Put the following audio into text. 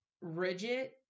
rigid